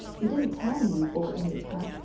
you didn't tell me you bought a new cat.